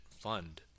fund